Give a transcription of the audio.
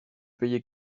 payer